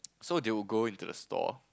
so they would go into the store